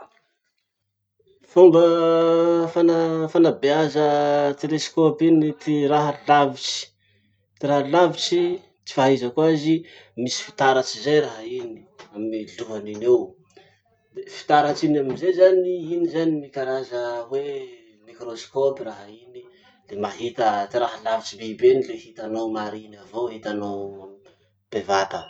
Fomba fana- fanabeaza telescope iny mpirahalavitsy, tiralavitsy ty fahaizako azy, misy fitaratsy zay raha iny, amy lohany iny eo. Le fitaritsy iny amizay zany, iny zany ny karaza hoe microscope raha iny le mahita ty raha lavitsy biby eny le hitanao mariny avao, hitanao bevata.